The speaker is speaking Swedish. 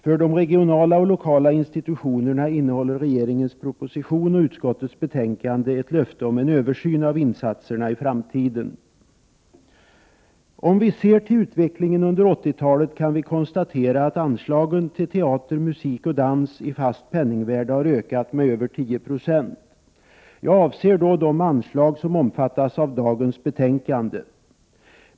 För de regionala och lokala institutionerna innehåller regeringens proposition och utskottets betänkande ett löfte om en översyn av insatserna i framtiden. Om vi ser till utvecklingen under 80-talet kan vi konstatera att anslagen till Prot. 1988/89:86 teater, musik och dans i fast penningvärde har ökat med över 10 96. Jag avser 22 mars 1989 då de anslag som omfattas av dagens betänkande.